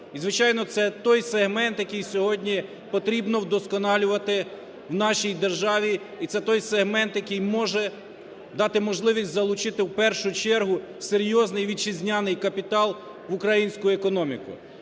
І, звичайно, це той сегмент, який сьогодні потрібно вдосконалювати в нашій державі, і це той сегмент, який може дати можливість залучити в першу чергу серйозний вітчизняний капітал в українську економіку.